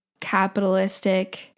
capitalistic